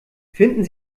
finden